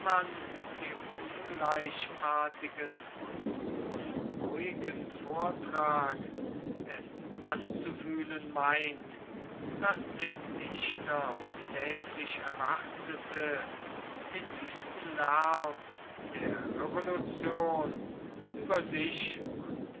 dem ungleichartigen und unruhigen vortrag es anzufühlen meint daß der dichter täglich erwartete den wüsten lärm der revolution über sich und